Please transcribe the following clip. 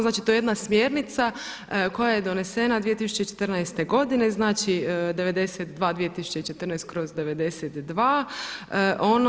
Znači, to je jedna smjernica koja je donesena 2014. godine, znači 922014/92.